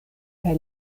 kaj